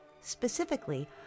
specifically